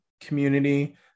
community